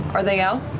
are they out?